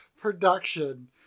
production